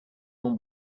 mon